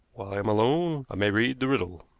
i am alone i may read the riddle.